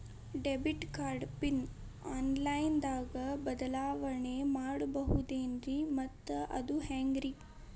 Debit card PIN online ದಾಗ ಬದಲಾವಣೆ ಮಾಡಬಹುದೇನ್ರಿ ಮತ್ತು ಅದು ಹೆಂಗ್ರಿ?